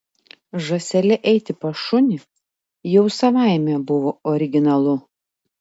žąsele eiti pas šunį jau savaime buvo originalu